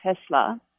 Tesla